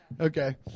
Okay